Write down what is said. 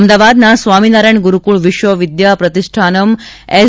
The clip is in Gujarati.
અમદાવાદના સ્વામીનારાયણ ગુરૂકુળ વિશ્વ વિદ્યા પ્રતિષ્ઠાનમ એસ